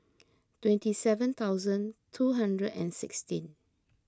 twenty seven thousand two hundred and sixteen